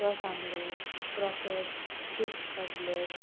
रस omelette croquette fish cutlet